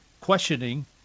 questioning